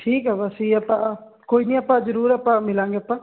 ਠੀਕ ਆ ਬਸ ਜੀ ਆਪਾਂ ਕੋਈ ਨਹੀਂ ਆਪਾਂ ਜ਼ਰੂਰ ਆਪਾਂ ਮਿਲਾਂਗੇ ਆਪਾਂ